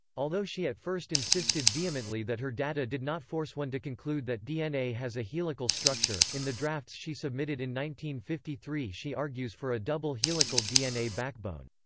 although she at first insisted vehemently that her data did not force one to conclude that dna has a helical structure, in the drafts she submitted in fifty three she argues for a double helical dna backbone.